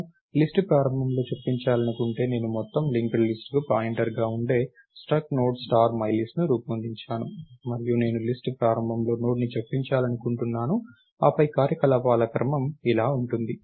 నేను లిస్ట్ ప్రారంభంలో చొప్పించాలనుకుంటే నేను మొత్తం లింక్డ్ లిస్ట్ కు పాయింటర్గా ఉండే స్ట్రక్ట్ నోడ్ స్టార్ మై లిస్ట్ను రూపొందించాను మరియు నేను లిస్ట్ ప్రారంభంలో నోడ్ను చొప్పించాలనుకుంటున్నాను ఆపై కార్యకలాపాల క్రమం ఇలా ఉంటుంది